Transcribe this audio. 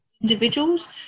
individuals